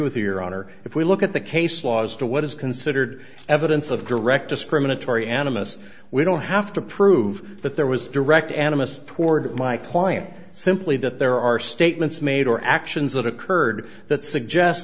with your honor if we look at the case law as to what is considered evidence of direct discriminatory animus we don't have to prove that there was direct animist toward my client simply that there are statements made or actions that occurred that suggest